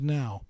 now